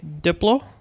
Diplo